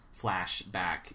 flashback